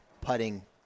putting